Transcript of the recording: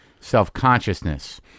self-consciousness